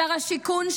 שר השיכון,